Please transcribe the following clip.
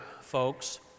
folks